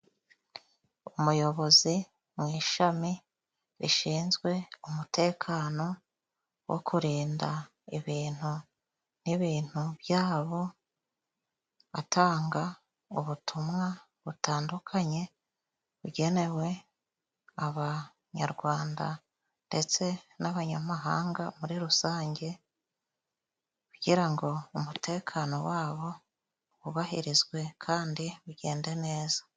Umuyobozi mu ishami rishinzwe umutekano wo kurinda ibintu n'ibintu byabo. Atanga ubutumwa butandukanye bugenewe Abanyarwanda ndetse n'abanyamahanga muri rusange, kugira ngo umutekano wabo wubahirizwe kandi ugende neza.